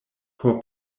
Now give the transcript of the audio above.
por